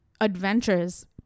adventures